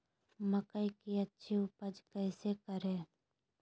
मकई की अच्छी उपज कैसे करे?